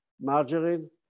margarine